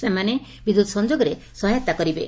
ସେମାନେ ବିଦ୍ୟତ ସଂଯୋଗରେ ସହାୟତା କରିବେ